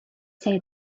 say